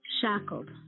shackled